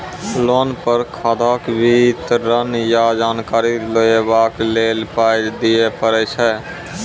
Loan आर खाताक विवरण या जानकारी लेबाक लेल पाय दिये पड़ै छै?